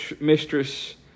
mistress